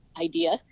idea